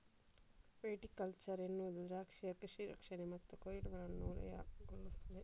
viticulture ಎನ್ನುವುದು ದ್ರಾಕ್ಷಿಯ ಕೃಷಿ ರಕ್ಷಣೆ ಮತ್ತು ಕೊಯ್ಲುಗಳನ್ನು ಒಳಗೊಳ್ಳುತ್ತದೆ